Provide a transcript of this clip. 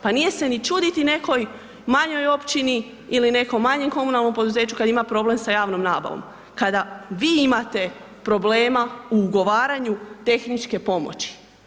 Pa nije se ni čuditi nekoj manjoj općini ili nekom manjem komunalnom poduzeću kada ima problem sa javnom nabavom kada vi imate problema u ugovaranju tehničke pomoći.